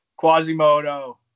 Quasimodo